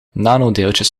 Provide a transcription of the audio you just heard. nanodeeltjes